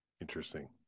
Interesting